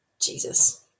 Jesus